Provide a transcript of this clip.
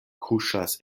kuŝas